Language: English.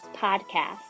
podcast